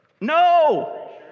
No